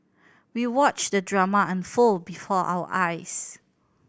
we watched the drama unfold before our eyes